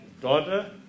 daughter